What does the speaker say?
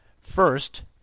First